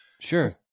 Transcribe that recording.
sure